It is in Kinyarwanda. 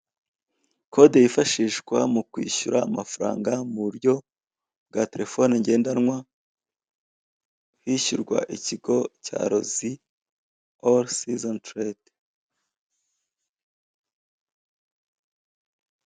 Kode yifashishwa mu kwishyura amafaranga mu buryo bwa telefone ngendanwa, hishyurwa ikigo cya Rosy all season trade.